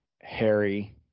Harry